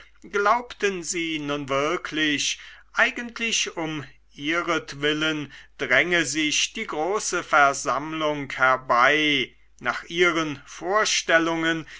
glaubten sie nun wirklich eigentlich um ihretwillen dränge sich die große versammlung herbei nach ihren vorstellungen